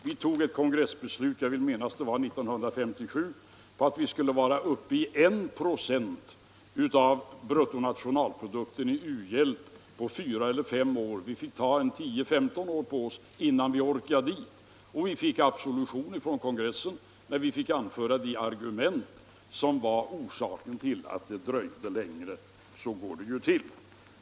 Vi tog ett kongressbeslut, jag vill minnas det var 1957, om att vi skulle vara uppe i 1 26 av bruttonationalprodukten i u-hjälp på en relativt kort tid. Vi fick ta 10-15 år på oss innan vi orkade dit. Och vi fick absolution från kongressen när den hade hört våra argument för varför det hade dröjt så länge. Så går det ju till.